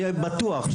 אני בטוח,